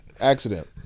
accident